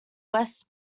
west